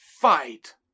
fight